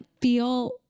feel